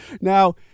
now